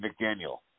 McDaniel